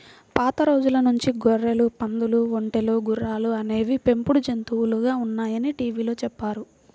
పాత రోజుల నుంచి గొర్రెలు, పందులు, ఒంటెలు, గుర్రాలు అనేవి పెంపుడు జంతువులుగా ఉన్నాయని టీవీలో చెప్పారు